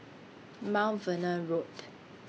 Mount Vernon Road